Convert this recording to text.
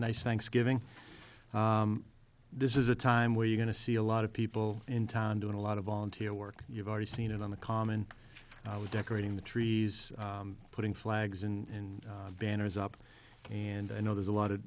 nice thanksgiving this is a time where you're going to see a lot of people in town doing a lot of volunteer work you've already seen it on the common decorating the trees putting flags and banners up and i know there's a lot of